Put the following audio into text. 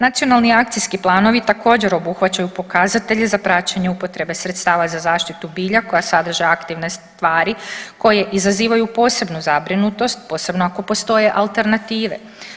Nacionalni akcijski planovi također obuhvaćaju pokazatelje za praćenje upotrebe sredstava za zaštitu bilja koja sadrže aktivne stvari koje izazivaju posebnu zabrinutost posebno ako postoje alternative.